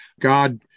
God